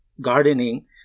gardening